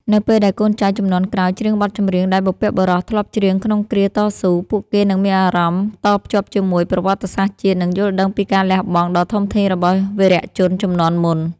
នៅពេលដែលកូនចៅជំនាន់ក្រោយច្រៀងបទចម្រៀងដែលបុព្វបុរសធ្លាប់ច្រៀងក្នុងគ្រាតស៊ូ ពួកគេនឹងមានអារម្មណ៍តភ្ជាប់ជាមួយប្រវត្តិសាស្ត្រជាតិ និងយល់ដឹងពីការលះបង់ដ៏ធំធេងរបស់វីរជនជំនាន់មុន។